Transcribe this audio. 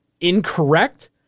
incorrect